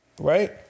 Right